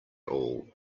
all